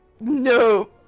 No